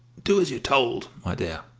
do as you're told, my dear!